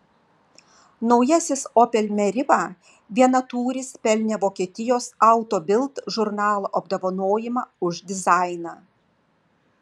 naujasis opel meriva vienatūris pelnė vokietijos auto bild žurnalo apdovanojimą už dizainą